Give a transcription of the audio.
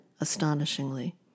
astonishingly